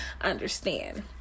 understand